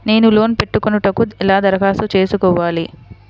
నేను లోన్ పెట్టుకొనుటకు ఎలా దరఖాస్తు చేసుకోవాలి?